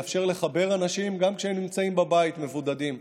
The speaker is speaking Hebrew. מאפשר לחבר אנשים גם כשהם נמצאים בבית מבודדים.